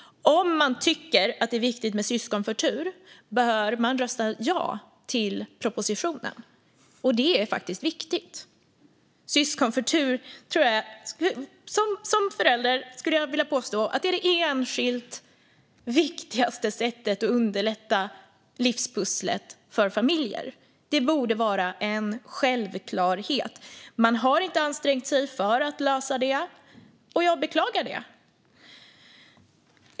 Om man tycker att det är viktigt med syskonförtur bör man rösta ja till propositionen. Det är faktiskt viktigt. Som förälder skulle jag vilja påstå att syskonförtur är det enskilt viktigaste sättet att underlätta livspusslet för familjer. Det borde vara en självklarhet. Men man har inte ansträngt sig för att lösa detta, och jag beklagar det.